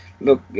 Look